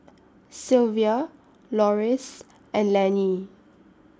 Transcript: Sylvia Loris and Laney